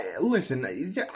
listen